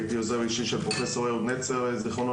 הייתי עוזר אישי של פרופ' אהוד נצר ז"ל